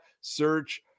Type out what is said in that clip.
Search